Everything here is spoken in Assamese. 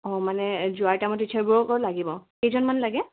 অঁ মানে যোৱাৰ টাইমত টিচাৰবোৰকো লাগিব কেইজনমান লাগে